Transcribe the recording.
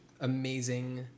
amazing